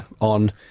on